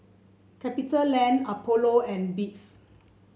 Capitaland Apollo and Beats